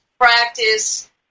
practice